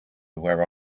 where